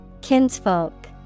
Kinsfolk